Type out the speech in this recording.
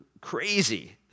crazy